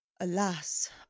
Alas